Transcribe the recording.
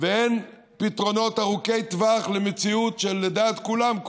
ואין פתרונות ארוכי טווח למציאות שלדעת כולם,